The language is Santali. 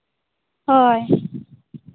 ᱦᱳᱭ